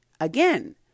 again